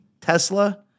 Tesla